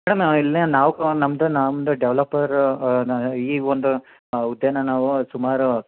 madam ನಾವು ಇಲ್ಲೆ ನಾವು ನಮ್ದು ನಮ್ದು ಡೆವಲಪರ್ ಈ ಒಂದು ಹುದ್ದೆನ ನಾವು ಸುಮಾರು